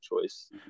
choice